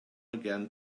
again